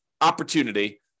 opportunity